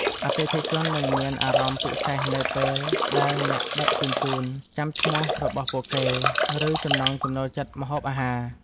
អតិថិជននឹងមានអារម្មណ៍ពិសេសនៅពេលដែលអ្នកដឹកជញ្ជូនចាំឈ្មោះរបស់ពួកគេ ឬចំណង់ចំណូលចិត្តម្ហូបអាហារ។